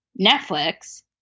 Netflix